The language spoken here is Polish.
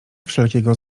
wszelkiego